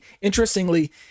Interestingly